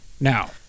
Now-